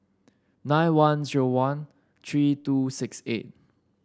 nine one zero one three two six eight